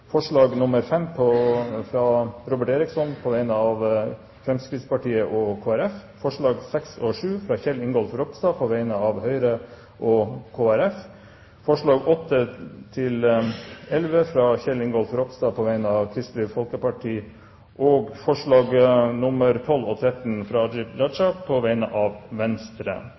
forslag nr. 5, fra Robert Eriksson på vegne av Fremskrittspartiet og Kristelig Folkeparti forslagene nr. 6 og 7, fra Kjell Ingolf Ropstad på vegne av Høyre og Kristelig Folkeparti forslagene nr. 8–11, fra Kjell Ingolf Ropstad på vegne av Kristelig Folkeparti forslagene nr. 12 og 13, fra Abid Q. Raja på vegne av Venstre